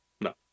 No